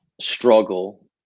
struggle